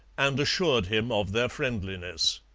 and assured him of their friendliness.